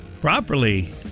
properly